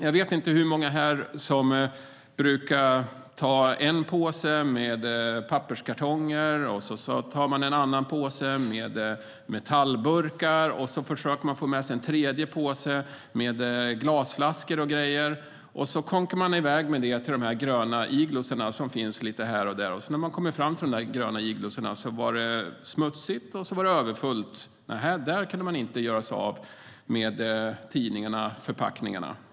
Jag vet inte hur många här som brukar göra så här: Man tar en påse med papperskartonger och en annan påse med metallburkar, och sedan försöker man få med sig en tredje påse med glasflaskor och grejer. Sedan kånkar man iväg med detta till de gröna igloor som finns lite här och där. När man kommer fram till dem är det smutsigt och överfullt. Där kan man inte göra sig av med tidningarna och förpackningarna.